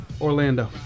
Orlando